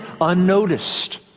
unnoticed